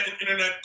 internet